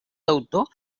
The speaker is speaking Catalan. deutor